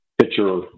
picture